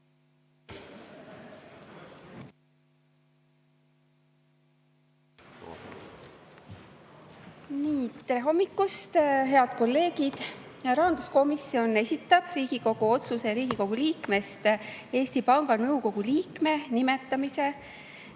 Tere hommikust, head kolleegid! Rahanduskomisjon esitab Riigikogu otsuse "Riigikogu liikmest Eesti Panga Nõukogu liikme nimetamine"